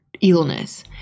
illness